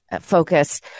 focus